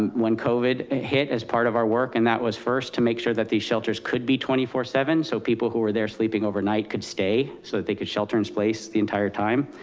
when covid hit as part of our work, and that was first to make sure that these shelters could be twenty four seven. so people who were there sleeping overnight could stay so that they could shelter in place the entire time.